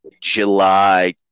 July